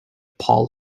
paul